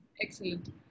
Excellent